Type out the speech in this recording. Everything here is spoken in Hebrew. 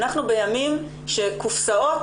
אנחנו בימים שקופסאות,